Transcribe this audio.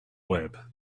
web